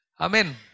Amen